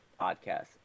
podcast